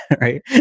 Right